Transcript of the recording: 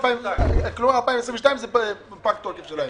ב-2022 פג התוקף שלהם.